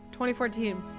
2014